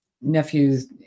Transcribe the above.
nephews